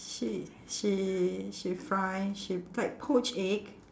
she she she fry she like poached egg